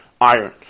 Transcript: iron